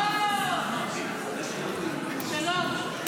אוה, שלום.